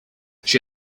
she